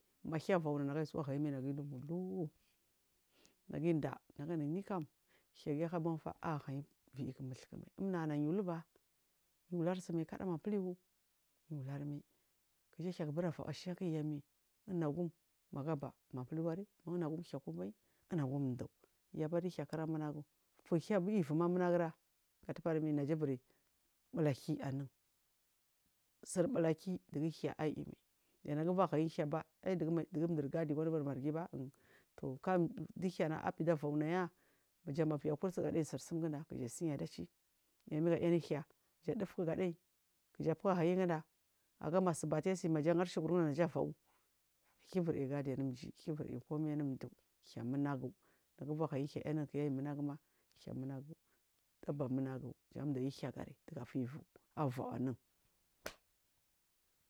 Mahiya vaw naga dhai hayimai nagandivu vuw naginda na ganu niik am hiyagiyak banfa a hiyi biyi mudhukunki inana yaluba yibusuu mai kada manfillu yalur mai kiji hiya k bura vau a shiyak yami unagum maga baa manfiuuari unagumhiya kuvain cha unagum duu yabar di hiya kira munagura tuu hiya bu ivuma munagura katafarmi najabur bula kiianun sur bula kiyi dugu hiya aimai yanaba hayi hiy baaai digu durgadi wadumur margiba untu kam di hiyana afida vawnaya jama viya kudu ganai sirsumgin da kija siya dachi yamiga ainu hiya ya dufu gadai jaku hayigi nda aga ma subati asi maja harsu u’urgmda kija vaw’u hiya buri gadi amin jii hiya bur i kumai nunduu nagu nabuga hayi hiya hinank aimu naguma hiya munagu daba munagu jan dayi hiya gari gafiyi ivu avaw anun.